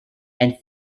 and